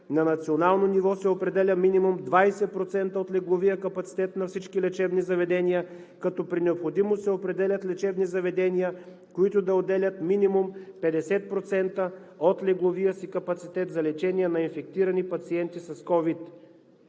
На национално ниво се определя минимум 20% от легловия капацитет на всички лечебни заведения, като при необходимост се определят лечебни заведения, които да отделят минимум 50% от легловия си капацитет за лечение на инвектирани пациенти с COVID-19.